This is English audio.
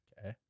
Okay